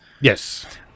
Yes